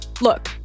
Look